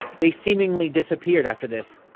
they seemingly disappeared after this.